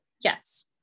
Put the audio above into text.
Yes